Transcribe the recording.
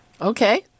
Okay